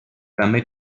també